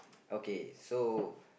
okay so